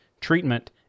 treatment